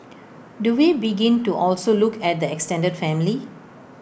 do we begin to also look at the extended family